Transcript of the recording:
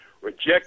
reject